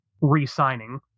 re-signing